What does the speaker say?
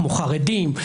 כמו חרדים,